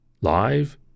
live